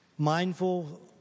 mindful